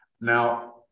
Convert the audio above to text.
Now